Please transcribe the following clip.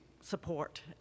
support